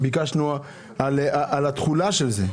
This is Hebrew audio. על התחולה של זה,